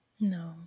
No